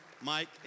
Mike